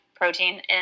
protein